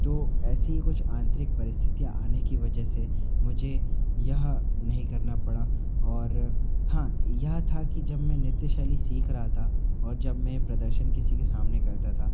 तो ऐसी ही कुछ आंतरिक परिस्थितियाँ आने की वजह से मुझे यह नहीं करना पड़ा और हाँ यह था कि जब मैं नृत्य शैली सीख रहा था और जब मैं प्रदर्शन किसी के सामने करता था